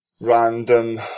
random